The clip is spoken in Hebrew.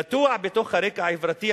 נטוע בתוך הרקע החברתי,